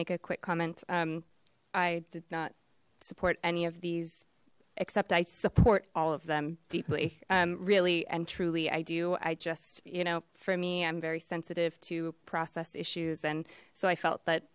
make a quick comment i did not support any of these except i support all of them deeply really and truly i do i just you know for me i'm very sensitive to process issues and so i felt that